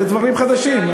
זה דברים חדשים.